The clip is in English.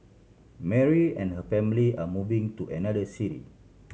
Mary and her family are moving to another city